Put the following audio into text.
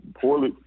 poorly